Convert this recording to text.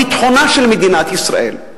ביטחונה של מדינת ישראל.